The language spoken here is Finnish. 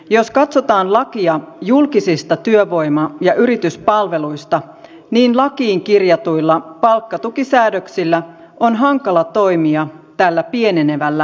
jos katsotaan lakia julkisista työvoima ja yrityspalveluista niin lakiin kirjatuilla palkkatukisäädöksillä on hankala toimia tällä pienenevällä määrärahalla